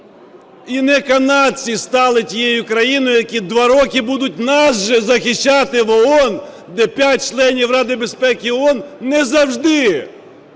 І не канадці стали тією країною, які два роки будуть нас же захищати в ООН, де п'ять членів Ради безпеки ООН не завжди,